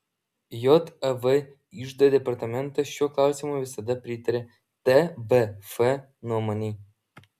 jav iždo departamentas šiuo klausimu visada pritarė tvf nuomonei